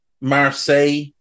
Marseille